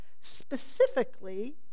specifically